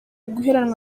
guheranwa